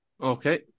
Okay